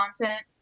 content